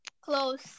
Close